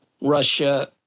Russia